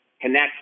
connect